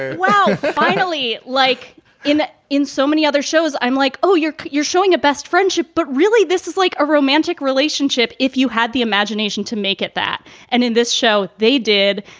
well, finally, like in in so many other shows, i'm like, oh, you're you're showing a best friendship. but really, this is like a romantic relationship. if you had the imagination to make it that and in this show, they did.